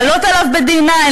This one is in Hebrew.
לעלות עליו ב-9-D,